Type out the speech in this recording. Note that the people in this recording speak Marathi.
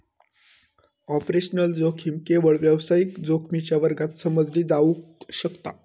ऑपरेशनल जोखीम केवळ व्यावसायिक जोखमीच्या वर्गात समजली जावक शकता